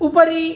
उपरि